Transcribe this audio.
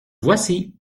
voici